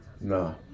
No